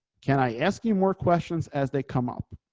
can i ask you more questions as they come up.